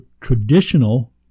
traditional